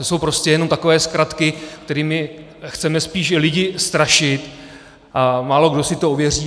To jsou prostě jen takové zkratky, kterými chceme spíš lidi strašit, a málokdo si to ověří.